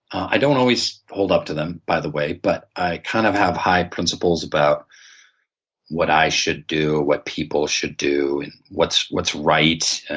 i don't always hold up to them, by the way, but i kind of have high principles about what i should do, what people should do, and what's what's right.